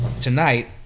tonight